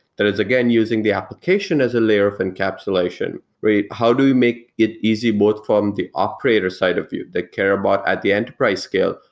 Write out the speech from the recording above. is, again, using the application as a layer of encapsulation. how do you make it easy both from the operator side of view that care about at the enterprise scale,